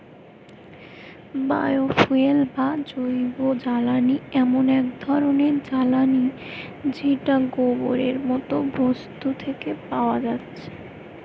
bio fuel বা জৈবজ্বালানি এমন এক ধরণের জ্বালানী যেটা গোবরের মতো বস্তু থিকে পায়া যাচ্ছে